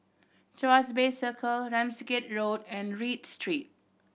Tuas Bay Circle Ramsgate Road and Read Street